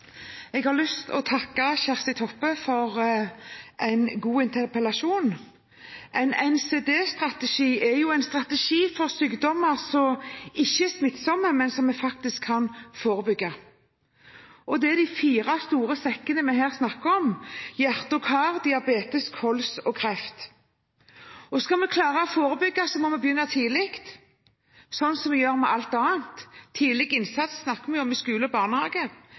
jo en strategi for sykdommer som ikke er smittsomme, men som vi faktisk kan forebygge. Det er de fire store sekkene vi her snakker om: hjerte- og karsykdommer, diabetes, kols og kreft. Skal vi klare å forebygge, må vi begynne tidlig, sånn som vi gjør med alt annet. Med tidlig innsats snakker vi om i skole og barnehage